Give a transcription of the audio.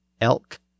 elk